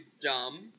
Dumb